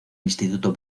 instituto